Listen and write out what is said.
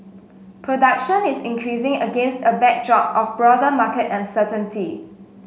production is increasing against a backdrop of broader market uncertainty